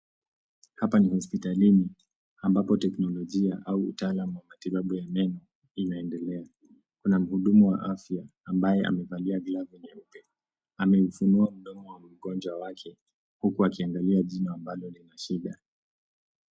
Hapa ni hospitalini ambapo teknojia au utaalam wa matibabu ya meno inaendelea. Kuna mhudumu wa afya ambaye amevalia glavu nyeupe. Ameufunua mdomo wa mgonjwa wake huku akiangalia jino ambalo lina shida.